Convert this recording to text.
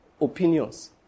opinions